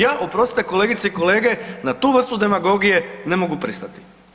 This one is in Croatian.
Ja, oprostite kolegice i kolege na tu vrstu demagogije ne mogu pristati.